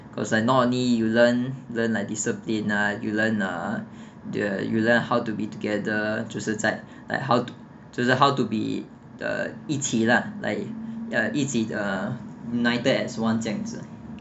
because like not only you learn learn like discipline lah you learn uh the you learn how to be together 就是这样 like how to 就是 how to be the 一起 lah like uh 一起 err united as one 这样子